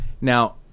Now